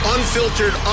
Unfiltered